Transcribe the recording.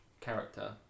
character